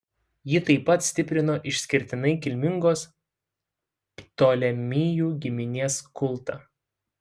ji taip pat stiprino išskirtinai kilmingos ptolemėjų giminės kultą